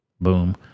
Boom